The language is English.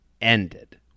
ended